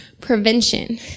prevention